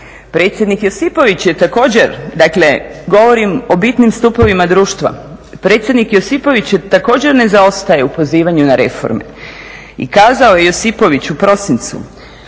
Predsjednik Josipović je također, dakle govorim o bitnim stupovima društva, predsjednik Josipović također ne zaostaje u pozivanju na reforme i kazao je Josipović u prosincu